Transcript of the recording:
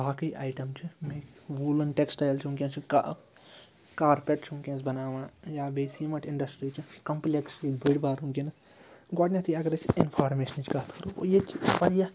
باقٕے آیٹم چھِ یِمَے ووٗلٕن ٹٮ۪کٕسٹایِل چھِ وٕنۍکٮ۪نَس چھِ کا کارپٮ۪ٹ چھُ وٕنۍکٮ۪نس بَناوان یا بیٚیہِ سیٖمَٹ اِنٛڈَسٹرٛی چھِ کَمپٕلٮ۪کٕس چھِ ییٚتہِ بٔڑۍ بار وٕنۍکٮ۪نس گۄڈٕنٮ۪تھٕے اَگر أسۍ اِنفارمیشنٕچ کَتھ کَرو ییٚتہِ چھِ واریاہ